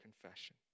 confession